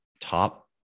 top